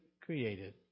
created